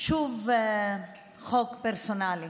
שוב חוק פרסונלי,